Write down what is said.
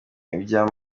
iby’aya